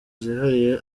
zihariye